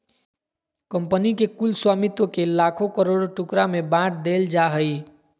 company के कुल स्वामित्व के लाखों करोड़ों टुकड़ा में बाँट देल जाय हइ